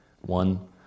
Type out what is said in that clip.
One